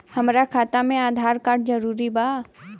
हमार खाता में आधार कार्ड जरूरी बा?